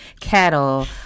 cattle